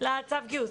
לצו הגיוס.